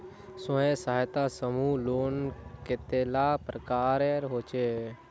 स्वयं सहायता समूह लोन कतेला प्रकारेर होचे?